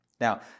Now